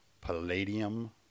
Palladium